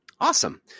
awesome